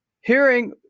hearing